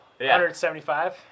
175